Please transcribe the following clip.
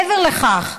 מעבר לכך,